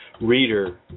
reader